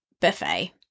buffet